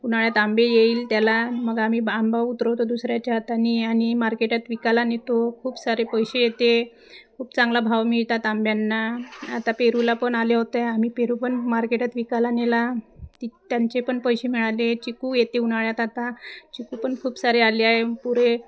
उन्हाळ्यात आंबे येईल त्याला मग आम्ही आंबा उतरवतो दुसऱ्याच्या हातानी आणि मार्केटात विकायला नेतो खूप सारे पैसे येते खूप चांगला भाव मिळतात आंब्यांना आता पेरूला पण आले होते आम्ही पेरू पण मार्केटात विकायला नेला ति त्यांचे पण पैसे मिळाले चिकू येते उन्हाळ्यात आता चिकू पण खूप सारे आले आहे पुरे